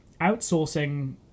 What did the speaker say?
outsourcing